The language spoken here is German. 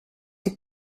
die